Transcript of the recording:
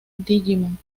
digimon